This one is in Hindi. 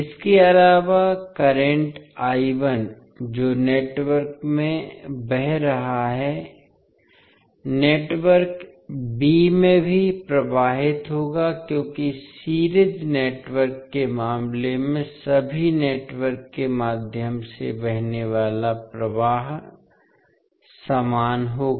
इसके अलावा करंट जो नेटवर्क में बह रहा है नेटवर्क b में भी प्रवाहित होगा क्योंकि सीरीज नेटवर्क के मामले में सभी नेटवर्क के माध्यम से बहने वाला प्रवाह समान रहेगा